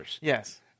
Yes